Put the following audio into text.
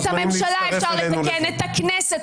את הממשלה אפשר לתקן, את הכנסת.